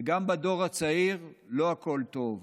וגם בדור הצעיר לא הכול טוב,